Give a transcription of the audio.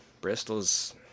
Bristol's